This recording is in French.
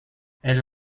elle